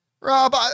Rob